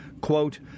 quote